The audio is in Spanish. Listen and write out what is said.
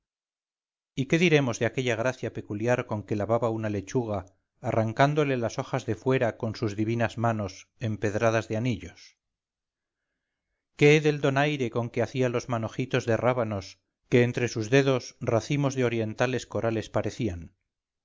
y qué diremos de aquella gracia peculiar con que lavaba una lechuga arrancándole las hojas de fuera con sus divinas manos empedradas de anillos qué del donaire con que hacía los manojitos de rábanos que entre sus dedos racimos de orientales corales parecían